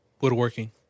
Woodworking